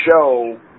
show